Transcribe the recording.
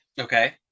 Okay